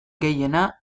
gehiena